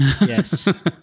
Yes